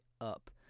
up